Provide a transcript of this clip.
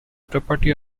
property